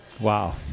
Wow